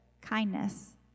kindness